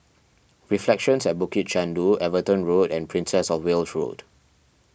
Reflections at Bukit Chandu Everton Road and Princess of Wales Road